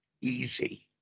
easy